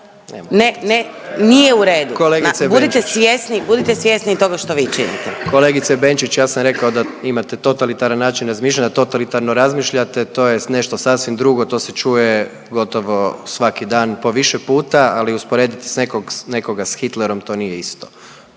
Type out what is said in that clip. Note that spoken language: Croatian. vi činite. **Jandroković, Gordan (HDZ)** Kolegice Benčić, ja sam rekao da imate totalitaran način razmišljanja, totalitarno razmišljate. To je nešto sasvim drugo, to se čuje gotovo svaki dan po više puta, ali usporediti nekog, nekoga s Hitlerom to nije isto.